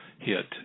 hit